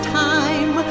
time